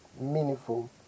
meaningful